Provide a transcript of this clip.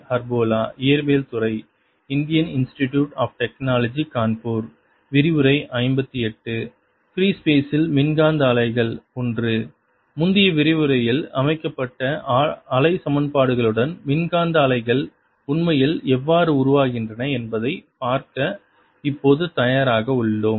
free ஸ்பெசில் மின்காந்த அலைகள் I முந்தைய விரிவுரையில் அமைக்கப்பட்ட அலை சமன்பாடுகளுடன் மின்காந்த அலைகள் உண்மையில் எவ்வாறு உருவாகின்றன என்பதைப் பார்க்க இப்போது தயாராக உள்ளோம்